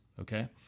okay